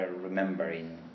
Remembering